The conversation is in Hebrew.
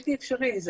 בלתי אפשרי.